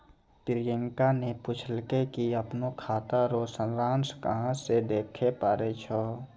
प्रियंका ने पूछलकै कि अपनो खाता रो सारांश कहां से देखै पारै छै